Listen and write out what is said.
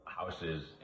houses